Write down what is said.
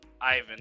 ivan